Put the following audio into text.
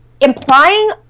implying